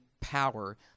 power